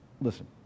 Listen